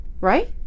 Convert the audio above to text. right